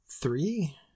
three